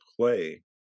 play